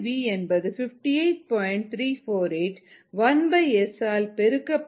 348 1S ஆல் பெருக்கப்பட்டு 1